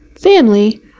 family